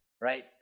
right